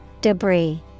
Debris